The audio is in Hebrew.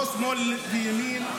לא שמאל וימין,